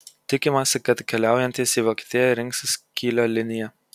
tikimasi kad keliaujantys į vokietiją rinksis kylio liniją